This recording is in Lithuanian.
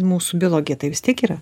mūsų biologija tai vis tiek yra